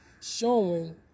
showing